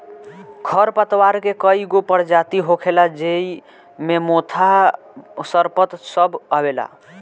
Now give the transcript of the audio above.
खर पतवार के कई गो परजाती होखेला ज़ेइ मे मोथा, सरपत सब आवेला